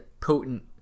potent